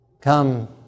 come